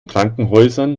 krankenhäusern